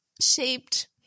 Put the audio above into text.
shaped